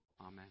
Amen